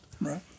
Right